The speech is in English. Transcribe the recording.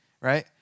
right